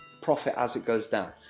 profit as it goes down.